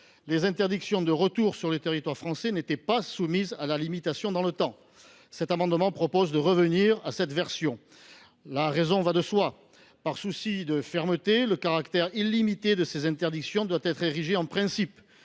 les interdictions de retour sur le territoire français n’étaient pas soumises à limitation dans le temps. Je propose de revenir à cette version. La raison va de soi : par souci de fermeté, le caractère illimité de ces interdictions doit être érigé en principe.